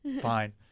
fine